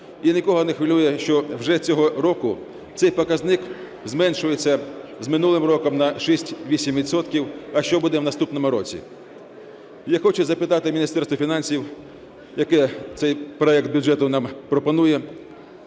І нікого не хвилює, що вже цього року цей показник зменшується з минулим роком на 6-8 відсотків. А що буде в наступному році? Я хочу запитати Міністерство фінансів, яке цей проект бюджету нам пропонує,